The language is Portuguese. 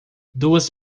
duas